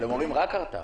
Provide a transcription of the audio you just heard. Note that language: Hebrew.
אבל הם אומרים רק הרתעה.